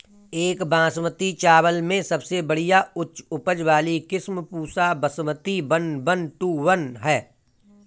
एक बासमती चावल में सबसे बढ़िया उच्च उपज वाली किस्म Pusa Basmati one one two one ह?